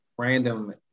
random